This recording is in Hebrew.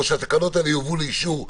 או שהתקנות האלה יובאו לאישור.